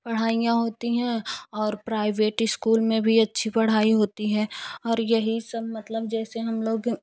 पढ़ाइयाँ होती है और प्राइवेट इस्कूल में भी अच्छी पढ़ाई होती है और यही सब मतलब जैसे हम लोग